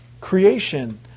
creation